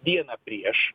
dieną prieš